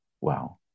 Wow